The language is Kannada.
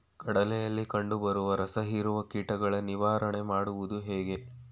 ಕಡಲೆಯಲ್ಲಿ ಕಂಡುಬರುವ ರಸಹೀರುವ ಕೀಟಗಳ ನಿವಾರಣೆ ಮಾಡುವುದು ಹೇಗೆ?